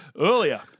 Earlier